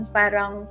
parang